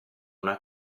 una